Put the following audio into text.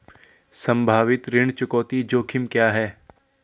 संभावित ऋण चुकौती जोखिम क्या हैं?